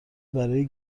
برای